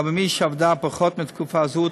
למי שעבדה פחות מתקופה זו,